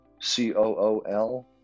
c-o-o-l